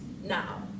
Now